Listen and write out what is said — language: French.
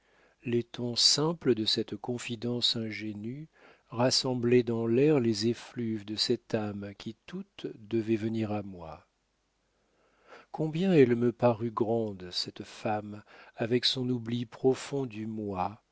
les tons simples de cette confidence ingénue rassembler dans l'air les effluves de cette âme qui toutes devaient venir à moi combien elle me parut grande cette femme avec son oubli profond du moi